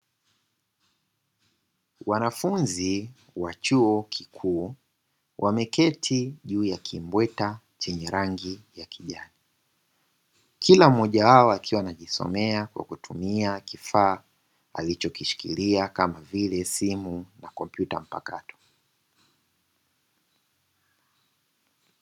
Wanafunzi wa chuo kikuu wameketi juu ya kimbweta chenye rangi ya kijani, kila mmoja wao akiwa anajisomea kwakutumia kifaa alichokishikikia kama vile simu na kompyuta mpakato.